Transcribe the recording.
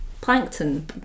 plankton